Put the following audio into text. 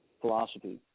philosophy